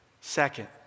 Second